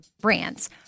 brands